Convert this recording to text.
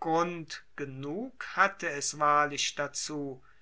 grund genug hatte es wahrlich dazu